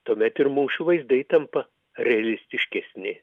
tuomet ir mūšių vaizdai tampa realistiškesni